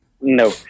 no